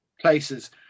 places